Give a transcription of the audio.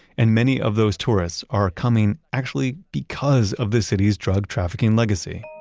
and many of those tourists are coming actually because of the city's drug-trafficking legacy.